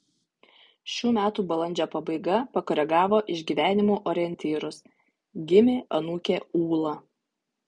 šių metų balandžio pabaiga pakoregavo išgyvenimų orientyrus gimė anūkė ūla